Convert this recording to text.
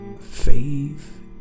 Faith